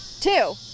Two